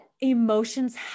emotions